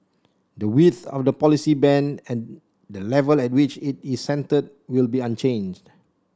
the width of the policy band and the level at which it is centred will be unchanged